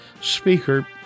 speaker